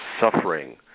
suffering